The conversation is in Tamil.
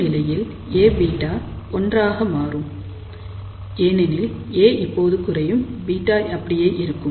ஒரு நிலையில் Aβ 1ஆக மாறும் ஏனெனில் A இப்போ குறையும் β அப்படியே இருக்கும்